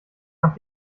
mach